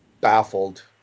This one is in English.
baffled